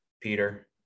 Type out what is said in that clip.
Peter